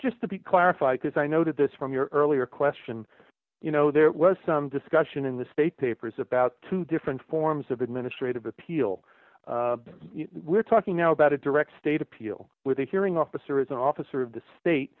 just to be clarify because i noted this from your earlier question you know there was some discussion in the state papers about two different forms of administrative appeal we're talking now about a direct state appeal with a hearing officer is an officer of the state